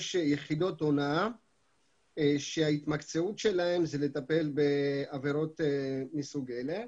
יש יחידות הונאה שההתמקצעות שלהן היא לטפל בעבירות מסוג זה.